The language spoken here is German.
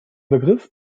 begriff